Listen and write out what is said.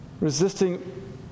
Resisting